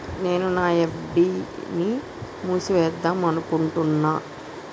నేను నా ఎఫ్.డి ని మూసివేద్దాంనుకుంటున్న